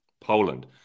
Poland